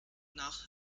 nach